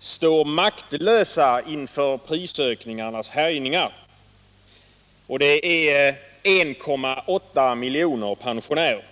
står maktlös inför prisökningarnas härjningar — det är 1,8 miljoner pensionärer.